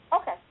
Okay